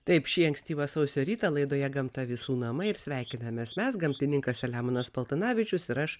taip šį ankstyvą sausio rytą laidoje gamta visų namai ir sveikinamės mes gamtininkas selemonas paltanavičius ir aš